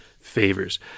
favors